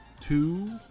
two